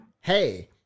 hey